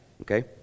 okay